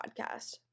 Podcast